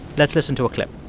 let's listen to a clip